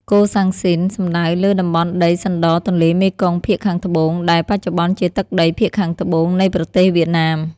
កូសាំងស៊ីន សំដៅលើតំបន់ដីសណ្ដទន្លេមេគង្គភាគខាងត្បូង ដែលបច្ចុប្បន្នជាទឹកដីភាគខាងត្បូងនៃប្រទេសវៀតណាម។